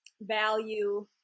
value